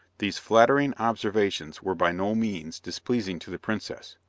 these flattering observations were by no means displeasing to the princess,